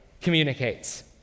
communicates